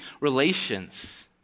relations